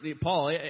Paul